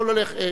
הכול הולך,